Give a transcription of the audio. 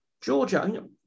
Georgia